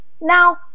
Now